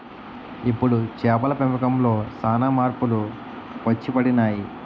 ఇప్పుడు చేపల పెంపకంలో సాన మార్పులు వచ్చిపడినాయి